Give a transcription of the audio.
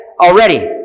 already